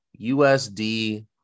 USD